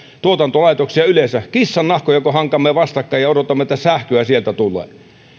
tuotantolaitoksia yleensä kissannahkojako hankaamme vastakkain ja odotamme että sähköä sieltä tulee